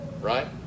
right